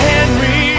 Henry